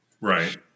Right